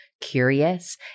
curious